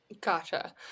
Gotcha